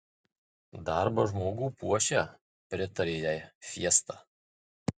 darbas žmogų puošia pritarė jai fiesta